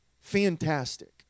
fantastic